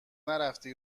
نرفتی